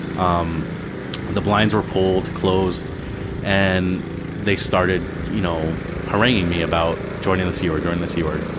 um the blinds were pulled closed and they started you know haranguing me about join the the sea org, join the sea org,